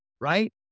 right